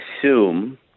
assume